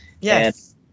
Yes